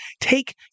take